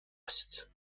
است